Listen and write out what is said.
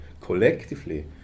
Collectively